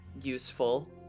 useful